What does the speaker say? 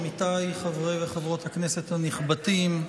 עמיתיי חברי וחברות הכנסת הנכבדים,